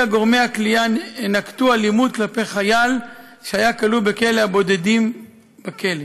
גורמי הכליאה נקטו אלימות כלפי חייל שהיה כלוא בכלא הבודדים בכלא,